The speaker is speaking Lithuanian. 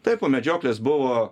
taip po medžioklės buvo